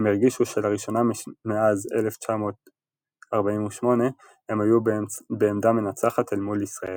הם הרגישו שלראשונה מאז 1948 הם היו בעמדה מנצחת אל מול ישראל.